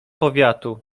powiatu